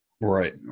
Right